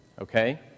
Okay